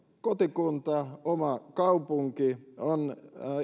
kotikunta oma kaupunki on